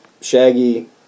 Shaggy